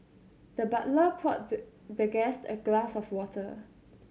the butler poured the the guest a glass of water